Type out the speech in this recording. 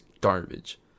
garbage